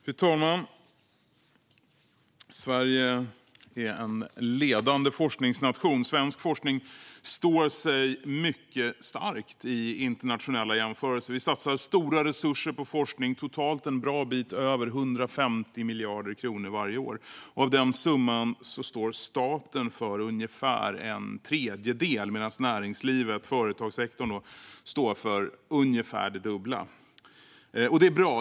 Fru talman! Sverige är en ledande forskningsnation. Svensk forskning står sig mycket starkt i internationella jämförelser. Vi satsar stora resurser på forskning, totalt en bra bit över 150 miljarder kronor varje år. Av den summan står staten för ungefär en tredjedel medan näringslivet, företagssektorn, står för ungefär det dubbla. Det är bra.